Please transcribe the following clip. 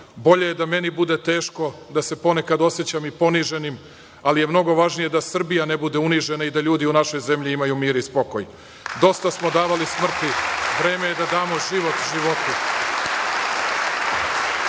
Bolje je da meni bude teško, da se ponekad oseća i poniženim, ali je mnogo važnije da Srbija ne bude unižena i da ljudi u našoj zemlji imaju mir i spokoj. Dosta smo davali smrti, vreme je da damo život životu. Svi